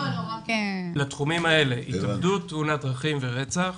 לתחומים האלה התאבדות, תאונת דרכים ורצח.